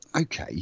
okay